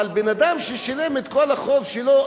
אבל אדם ששילם את כל החוב שלו,